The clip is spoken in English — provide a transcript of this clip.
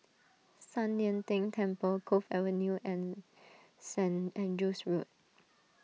San Lian Deng Temple Cove Avenue and Saint Andrew's Road